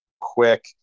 quick